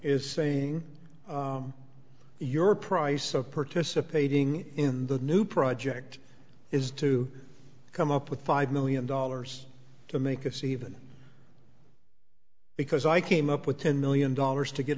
is saying your price of participating in the new project is to come up with five million dollars to make a seaven because i came up with ten million dollars to get